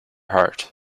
heart